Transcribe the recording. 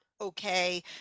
okay